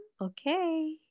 Okay